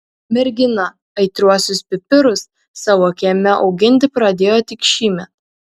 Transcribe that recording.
mergina aitriuosius pipirus savo kieme auginti pradėjo tik šįmet